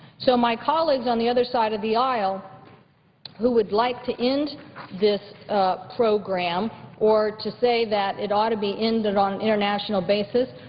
so my colleagues on the other side of the aisle who would like to end this program or to say that it ought to be ended on an international basis,